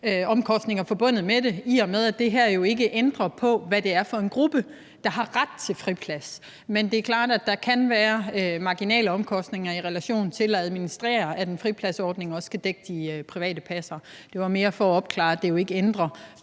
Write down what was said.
omkostninger forbundet med det, i og med at det her jo ikke ændrer på, hvad det er for en gruppe, der har ret til friplads. Men det er klart, at der kan være marginale omkostninger i relation til at administrere, at en fripladsordning også skal dække de private passere. Det er mere for at oplyse om, at det her